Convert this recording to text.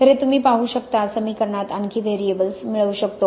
तर हे तुम्ही पाहू शकता समीकरणात आणखी व्हेरिएबल्स मिळवू शकतो